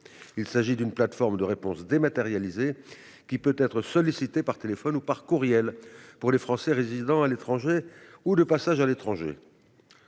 Il s'agit d'une plateforme de réponse dématérialisée, qui peut être sollicitée par téléphone ou par courriel par les Français résidant à l'étranger ou de passage à l'étranger.